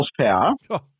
horsepower